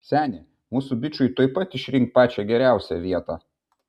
seni mūsų bičui tuoj pat išrink pačią geriausią vietą